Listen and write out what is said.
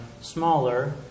smaller